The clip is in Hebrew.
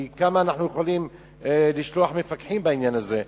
כי כמה אנחנו יכולים לשלוח מפקחים בעניין הזה.